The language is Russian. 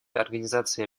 организации